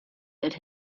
that